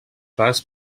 pas